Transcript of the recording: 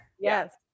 yes